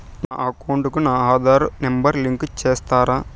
నా అకౌంట్ కు నా ఆధార్ నెంబర్ లింకు చేసారా